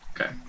Okay